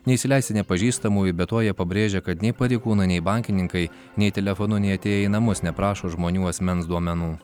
neįsileisti nepažįstamųjų be to jie pabrėžia kad nei pareigūnai nei bankininkai nei telefonu nei atėję į namus neprašo žmonių asmens duomenų